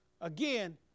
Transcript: Again